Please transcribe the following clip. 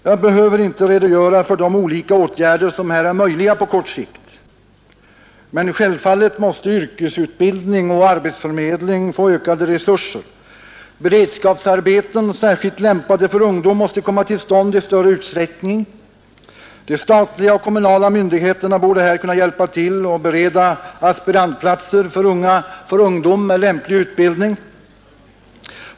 Jag behöver inte redogöra för de olika åtgärder som här är möjliga på kort sikt, men självfallet måste yrkesutbildning och arbetsförmedling få ökade resurser. Beredskapsarbeten, särskilt lämpade för ungdom, måste komma till stånd i större utsträckning. De statliga och kommunala myndigheterna borde här kunna hjälpa till att bereda aspirantplatser för ungdom med lämplig utbildning.